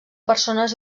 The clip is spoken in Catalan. persones